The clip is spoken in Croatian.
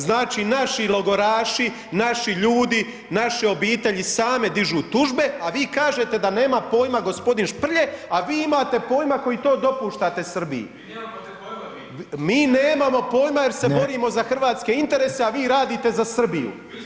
Znači, naši logoraši, naši ljudi, naše obitelji same dižu tužbe, a vi kažete da nema pojma g. Šprlje, a vi imate pojma koji to dopuštate Srbiji [[Upadica g. Kovača: Vi nemate pojma]] mi nemamo pojma jer se borimo za hrvatske interese, a vi radite za Srbiju…